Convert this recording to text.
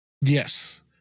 Yes